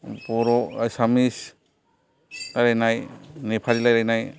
बर' एसामिस रायलायनाय नेपालि रायलायनाय